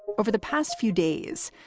over the past few days,